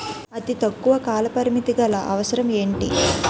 అతి తక్కువ కాల పరిమితి గల అవసరం ఏంటి